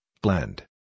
blend